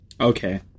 Okay